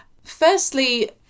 Firstly